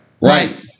Right